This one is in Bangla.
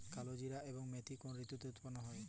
কালোজিরা এবং মেথি কোন ঋতুতে উৎপন্ন হয়?